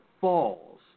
falls